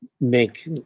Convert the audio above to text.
make